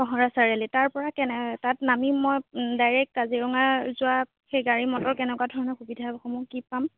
কঁহৰা চাৰিআলিত তাৰপৰা কেনে তাত নামি মই ডাইৰেক্ট কাজিৰঙা যোৱা সেই গাড়ী মটৰ কেনেকুৱা ধৰণৰ সুবিধাসমূহ কি পাম